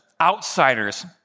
outsiders